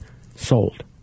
sold